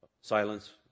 Silence